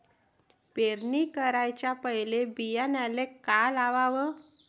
पेरणी कराच्या पयले बियान्याले का लावाव?